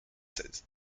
seize